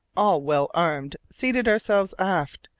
all well armed, seated ourselves aft,